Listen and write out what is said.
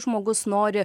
žmogus nori